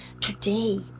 Today